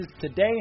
today